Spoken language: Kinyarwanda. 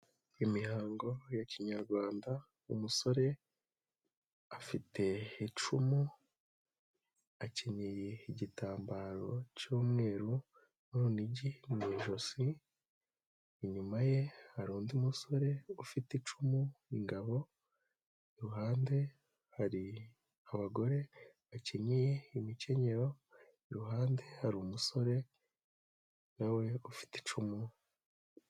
Imihango ya kinyarwanda, umusore afitecumu, akeneye igitambaro cy'umweru n'urunigi mu ijosi, inyuma ye hari undi musore ufite icumu, ingabo, iruhande hari abagore bakenyeye imikenyero, iruhande hari umusore nawe ufite icumu.